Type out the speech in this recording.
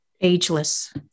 ageless